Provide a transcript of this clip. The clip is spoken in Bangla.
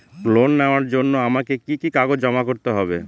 লোন নেওয়ার জন্য আমাকে কি কি কাগজ জমা করতে হবে?